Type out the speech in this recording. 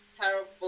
terrible